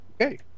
Okay